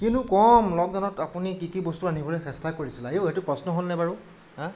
কিনো ক'ম লকডাউনত আপুনি কি কি বস্তু ৰান্ধিবলৈ চেষ্টা কৰিছিলে আইঔ সেইটো প্ৰশ্ন হ'লনে বাৰু হা